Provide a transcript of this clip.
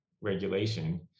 regulation